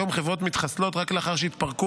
היום חברות מתחסלות רק לאחר שהתפרקו